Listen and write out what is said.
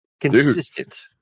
consistent